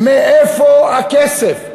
מאיפה הכסף?